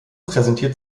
präsentiert